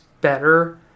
better